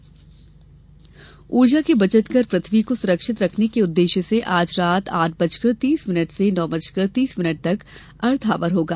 अर्थ Hour Day ऊर्जा की बचत कर पृथ्वी को सुरक्षित रखने के उद्वेश्य से आज रात आठ बजकर तीस मिनट से नो बजकर तीस मिनट तक अर्थ ऑवर होगा